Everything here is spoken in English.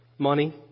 Money